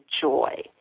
joy